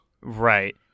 Right